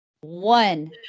One